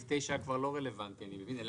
אני מבין שהסתייגות תשע כבר לא רלוונטית אלא